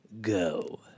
go